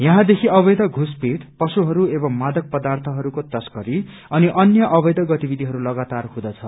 यहाँदेखि अवैध षुसपैठ पशुहरू एवं मादक पदार्यहरूको तश्करी अनि अन्य अवैध गतिविधिहरू लगातार हुँदछ